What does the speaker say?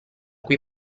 cui